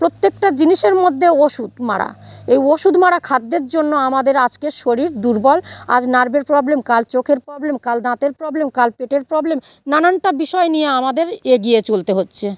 প্রত্যেকটা জিনিসের মধ্যে ওষুধ মারা ওই ওষুধ মারা খাদ্যের জন্য আমাদের আজকের শরীর দূর্বল আজ নার্ভের প্রবলেম কাল চোখের প্রবলেম কাল দাঁতের প্রবলেম কাল পেটের প্রবলেম নানানটা বিষয় নিয়ে আমাদের এগিয়ে চলতে হচ্ছে